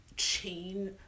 chain